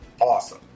awesome